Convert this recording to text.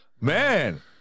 Man